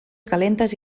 calentes